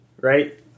right